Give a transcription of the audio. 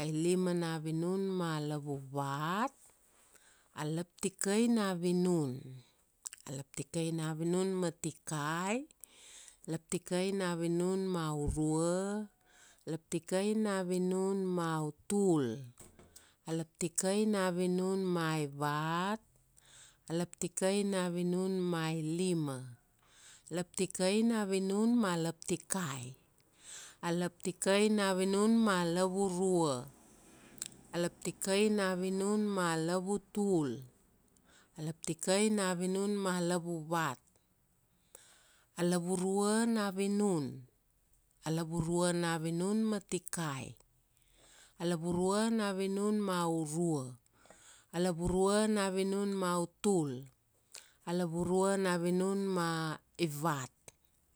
Ailima na vinun ma lavuvat, a laptikai na vinun. A laptikai na vinun ma tikai, laptikai na vinun ma urua, laptikai na vinun ma utul. A laptikai na vinun ma aivat, a laptikai na vinun ma ilima. Laptikai na vinun ma laptikai, a laptikai na vinun ma lavurua, a laptikai na vinun ma lavutu, a laptikai na vinun ma lavuvat, a lavurua na vinun. A lavurua na vinun ma tikai, a lavurua na vinun ma uru, a lavurua na vinun ma utul, a lavurua na vinun ma ivat,